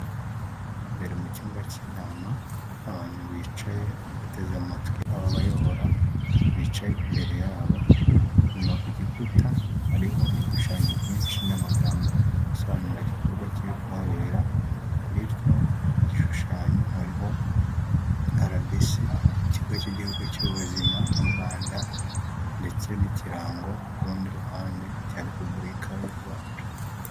Imbere mu cyumba cy'inama abantu bicaye bateze amatwi abo bayobora bicaye imbere yabo nyuma ku gikuta hariho ibishushanyo byinshi n'amagambo asobanura igikorwa kiri kubera kuri icyo gishushanyo hariho arabisi ikigo cy'igihugu cy'ubuzima mu Rwanda ndetse n'ikirango ku rundi ruhande cya repubulika y'u Rwanda.